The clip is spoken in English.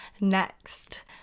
next